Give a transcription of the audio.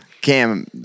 Cam